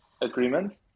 agreement